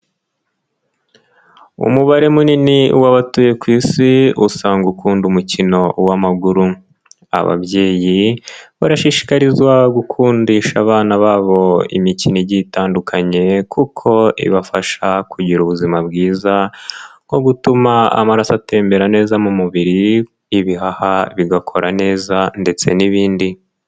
Umubare munini w'abatuye ku isi usanga ukunda umukino w'amaguru. Ababyeyi barashishikarizwa gukundisha abana babo imikino igiye itandukanye kuko ibafasha kugira ubuzima bwiza nko gutuma amaraso atembera neza mu mubiri, ibihaha bigakora neza ndetse n'ibindi.